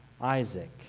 Isaac